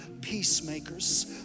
peacemakers